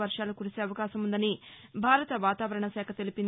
వర్వాలు కురిసే అవకాశముందని భారత వాతావరణ శాఖ తెలిపింది